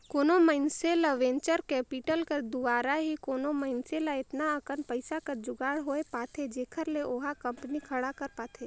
कोनो मइनसे ल वेंचर कैपिटल कर दुवारा ही कोनो मइनसे ल एतना अकन पइसा कर जुगाड़ होए पाथे जेखर ले ओहा कंपनी खड़ा कर पाथे